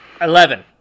Eleven